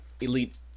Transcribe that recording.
elite